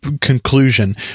conclusion